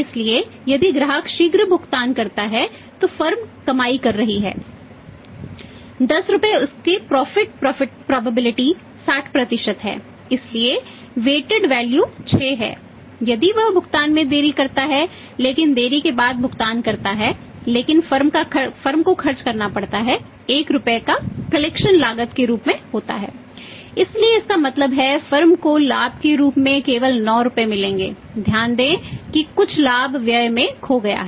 इसलिए यदि ग्राहक शीघ्र भुगतान करता है तो फर्म कमाई कर रही है 10 रुपये उस की प्रॉफ़िट प्रोबेबिलिटी को लाभ के रूप में केवल 9 रुपये मिलेंगे ध्यान दें कि कुछ लाभ व्यय में खो गया है